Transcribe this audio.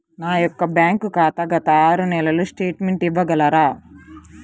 నా యొక్క బ్యాంక్ ఖాతా గత ఆరు నెలల స్టేట్మెంట్ ఇవ్వగలరా?